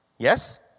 Yes